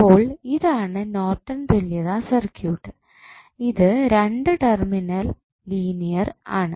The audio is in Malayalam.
അപ്പോൾ ഇതാണ് നോർട്ടൻ തുല്യത സർക്യൂട്ട് ഇത് രണ്ടു ടെർമിനൽ ലീനിയർ ആണ്